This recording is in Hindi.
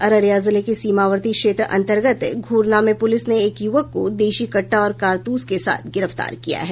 अररिया जिले के सीमावर्ती क्षेत्र अंतर्गत घूरना में पुलिस ने एक युवक को देशी कट्टा और कारतूस के साथ गिरफ्तार किया है